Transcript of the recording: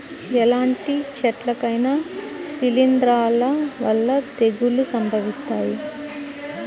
ఎలాంటి చెట్లకైనా శిలీంధ్రాల వల్ల తెగుళ్ళు సంభవిస్తాయి